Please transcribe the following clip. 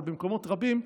אבל במקומות רבים,